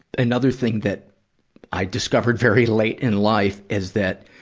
another thing that i discovered very late in life is that